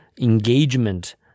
engagement